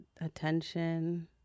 attention